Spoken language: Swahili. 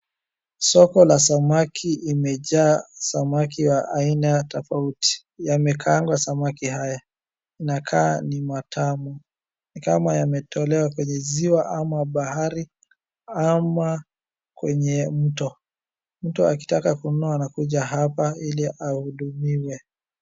Soko la samaki imejaa samaki ya aina tofauti. Yamekaangwa samaki haya. Inakaa ni matamu. Ni kama yametolewa kwenye ziwa ama bahari ama kwenye mto. Mtu akitaka kununua anakuja hapa iliahudumiwe.